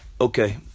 Okay